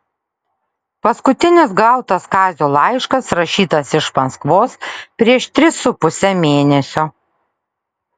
paskutinis gautas kazio laiškas rašytas iš maskvos prieš tris su puse mėnesio